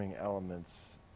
elements